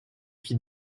qui